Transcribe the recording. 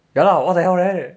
ya lah what the hell right